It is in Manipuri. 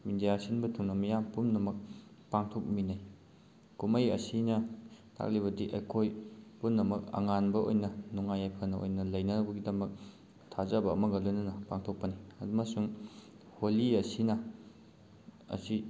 ꯏꯟꯗꯤꯌꯥ ꯁꯤꯟꯕ ꯊꯨꯡꯅ ꯃꯤꯌꯥꯝ ꯄꯨꯝꯅꯃꯛ ꯄꯥꯡꯊꯣꯛꯃꯤꯟꯅꯩ ꯀꯨꯝꯍꯩ ꯑꯁꯤꯅ ꯇꯥꯛꯂꯤꯕꯗꯤ ꯑꯩꯈꯣꯏ ꯄꯨꯝꯅꯃꯛ ꯑꯉꯥꯟꯕ ꯑꯣꯏꯅ ꯅꯨꯡꯉꯥꯏ ꯌꯥꯏꯐꯅ ꯑꯣꯏꯅ ꯂꯩꯅꯅꯕꯒꯤꯗꯃꯛ ꯊꯥꯖꯕ ꯑꯃꯒ ꯂꯣꯏꯅꯅ ꯄꯥꯡꯊꯣꯛꯄꯅꯤ ꯑꯃꯁꯨꯡ ꯍꯣꯂꯤ ꯑꯁꯤꯅ ꯑꯁꯤ